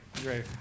Great